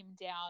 down